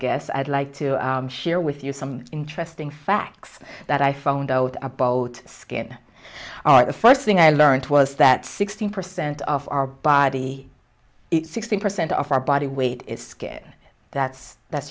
guess i'd like to share with you some interesting facts that i phone with a boat skin the first thing i learnt was that sixty percent of our body sixty percent of our body weight is skitt that's that's